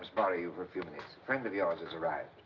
borrow you for a few minutes. a friend of yours has arrived.